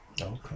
okay